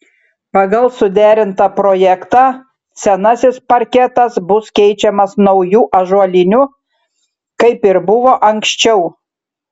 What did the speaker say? pagal suderintą projektą senasis parketas bus keičiamas nauju ąžuoliniu kaip ir buvo anksčiau